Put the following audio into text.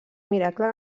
miracle